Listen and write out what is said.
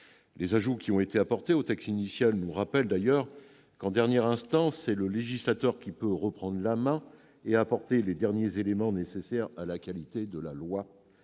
Les ajouts qui ont été apportés au texte initial nous rappellent d'ailleurs qu'en dernière instance c'est le législateur qui peut reprendre la main et apporter les derniers éléments nécessaires à la qualité de la loi.